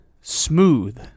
smooth